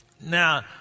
Now